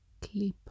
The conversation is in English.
clip